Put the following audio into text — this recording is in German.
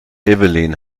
evelyn